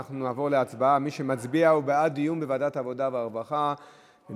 ועדת העבודה, סתיו,